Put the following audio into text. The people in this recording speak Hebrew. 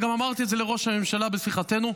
וגם אמרתי את זה לראש הממשלה בשיחתנו,